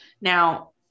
Now